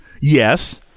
Yes